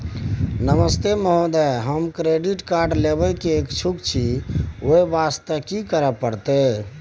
नमस्ते महोदय, हम credit card लेबे के इच्छुक छि ओ वास्ते की करै परतै?